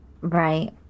Right